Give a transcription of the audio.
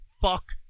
Fuck